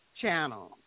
channel